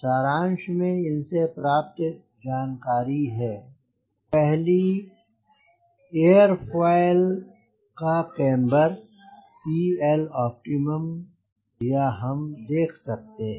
सारांश में इनसे प्राप्त जानकारी हैं पहली एयरोफॉयल का केम्बर CL optimum या हम देख सकते हैं